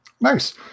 nice